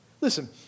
listen